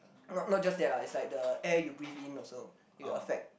not not just dead lah it's like the air you breathe in also will affect